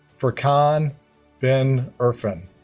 furqan bin irfan